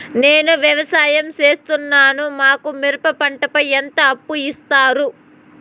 నేను వ్యవసాయం సేస్తున్నాను, మాకు మిరప పంటపై ఎంత అప్పు ఇస్తారు